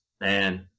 man